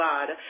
God